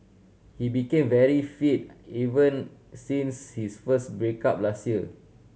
he became very fit even since his first break up last year